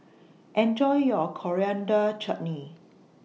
Enjoy your Coriander Chutney